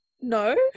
No